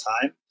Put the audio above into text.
time